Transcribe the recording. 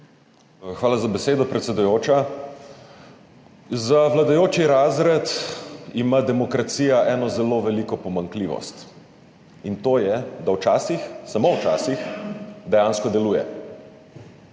Hvala za besedo, predsedujoča. Za vladajoči razred ima demokracija eno zelo veliko pomanjkljivost, in to je, da včasih, samo včasih, dejansko deluje.